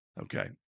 Okay